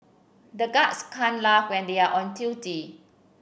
the guards can't laugh when they are on duty